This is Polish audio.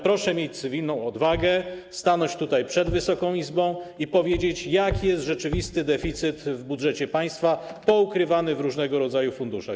Proszę mieć cywilną odwagę, stanąć tutaj przed Wysoką Izbą i powiedzieć, jaki jest rzeczywisty deficyt w budżecie państwa, poukrywany w różnego rodzaju funduszach.